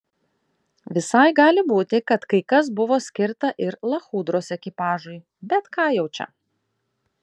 visai gali būti kad kai kas buvo skirta ir lachudros ekipažui bet ką jau čia